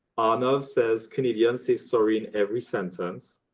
arnav says canadians say sorry in every sentence.